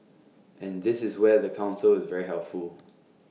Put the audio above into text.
and this is where the Council is very helpful